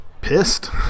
pissed